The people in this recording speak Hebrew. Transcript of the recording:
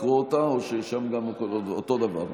לקרוא אותה או שגם שם אותו דבר?